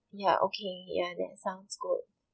ya okay ya that sounds good